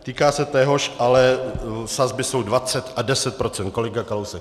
Týká se téhož, ale sazby jsou 20 a 10 %, kolega Kalousek.